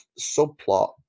subplot